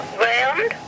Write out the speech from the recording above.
ground